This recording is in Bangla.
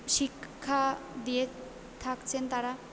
শিক্ষা দিয়ে থাকছেন তারা